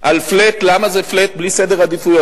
על flat, למה זה flat בלי סדר עדיפויות?